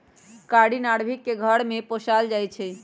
कारी नार्भिक के घर में पोशाल जाइ छइ